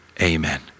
Amen